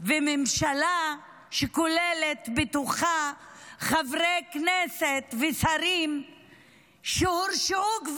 וממשלה שכוללת חברי כנסת ושרים שהורשעו,